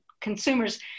consumers